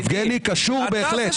יבגני, קשור בהחלט.